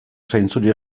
zainzuri